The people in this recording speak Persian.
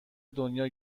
دنیا